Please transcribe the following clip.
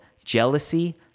Jealousy